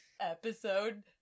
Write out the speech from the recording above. Episode